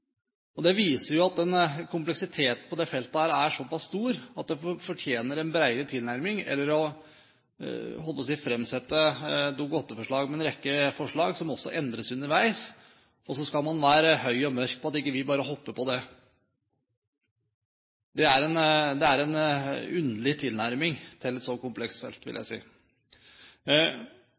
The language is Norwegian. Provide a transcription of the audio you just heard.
det. Det viser jo at kompleksiteten på dette feltet er såpass stor at det fortjener en bredere tilnærming enn – holdt jeg på å si – å fremsette i et Dokument 8-forslag en rekke forslag, som også endres underveis. Og så skal man være høy og mørk på at ikke vi bare hopper på det. Det er en underlig tilnæring til et så komplekst felt.